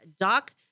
Doc